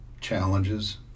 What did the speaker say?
challenges